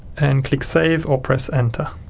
and click save or press enter.